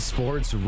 Sports